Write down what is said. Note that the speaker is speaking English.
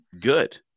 good